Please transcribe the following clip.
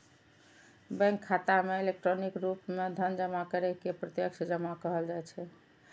bank खाता मे electronic रूप मे धन जमा करै के प्रत्यक्ष जमा कहल जाइ छै